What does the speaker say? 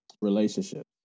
Relationship